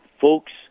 folks